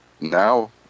Now